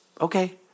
Okay